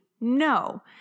no